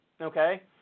Okay